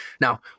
Now